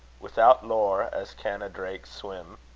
without lore, as can a drake swim,